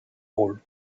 rôle